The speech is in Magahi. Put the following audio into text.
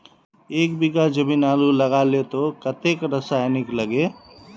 एक बीघा जमीन आलू लगाले तो कतेक रासायनिक लगे?